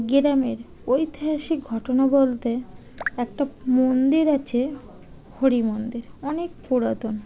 গ্রামের ঐতিহাসিক ঘটনা বলতে একটা মন্দির আছে হরি মন্দির অনেক পুরাতন